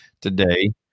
today